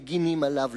מגינים עליו,